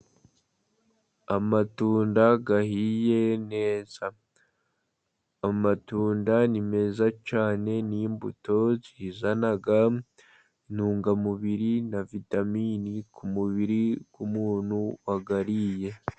Amatunda ahiye neza. Amatunda ni meza cyane, ni imbuto zizana intungamubiri na vitamini ku mubiri w’umuntu wayariye.